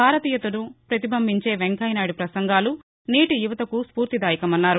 భారతీయతను పతిబింబించే వెంకయ్యనాయుడు పసంగాలు నేటి యువతకు స్పూర్తిదాయకమన్నారు